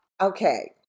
Okay